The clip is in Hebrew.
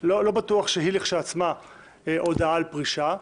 לא בטוח שהיא לכשעצמה הודעה על פרישה,